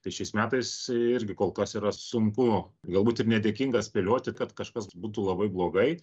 tai šiais metais irgi kol kas yra sunku galbūt ir nedėkinga spėlioti kad kažkas būtų labai blogai